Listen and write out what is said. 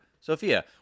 Sophia